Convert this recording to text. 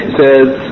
says